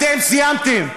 אתם סיימתם.